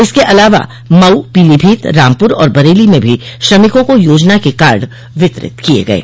इसके अलावा मऊ पीलीभीत रामपुर और बरेली में भी श्रमिकों को योजना के कार्ड वितरित किये गये